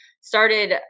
started